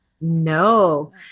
No